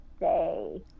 Say